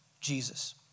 Jesus